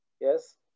Yes